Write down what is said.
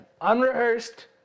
unrehearsed